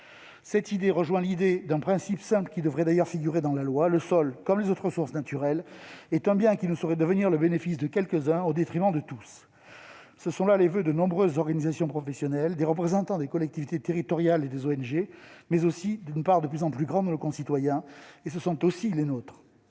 Cette idée rejoint un principe simple qui devrait d'ailleurs figurer dans la loi : le sol, comme les autres ressources naturelles, est un bien qui ne saurait profiter à quelques-uns au détriment de tous. Tel est le voeu de nombreuses organisations professionnelles, des représentants des collectivités territoriales et des ONG, mais aussi d'une part de plus en plus grande de nos concitoyens. C'est aussi le nôtre.